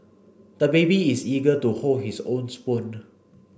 the baby is eager to hold his own spoon